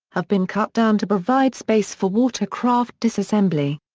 have been cut down to provide space for water-craft disassembly.